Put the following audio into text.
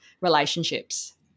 relationships